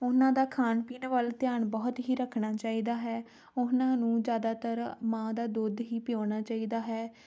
ਉਹਨਾਂ ਦਾ ਖਾਣ ਪੀਣ ਵੱਲ ਧਿਆਨ ਬਹੁਤ ਹੀ ਰੱਖਣਾ ਚਾਹੀਦਾ ਹੈ ਉਹਨਾਂ ਨੂੰ ਜ਼ਿਆਦਾਤਰ ਮਾਂ ਦਾ ਦੁੱਧ ਹੀ ਪਿਆਉਣਾ ਚਾਹੀਦਾ ਹੈ